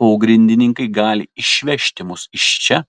pogrindininkai gali išvežti mus iš čia